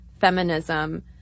feminism